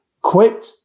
Quit